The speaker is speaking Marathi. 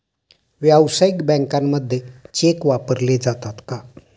व्यावसायिक बँकांमध्ये चेक वापरले जातात का?